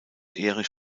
erich